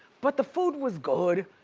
but the food was good.